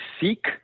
seek